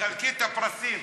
חמש דקות.